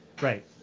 Right